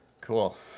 Cool